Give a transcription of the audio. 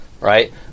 right